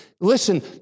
Listen